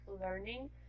learning